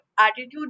attitude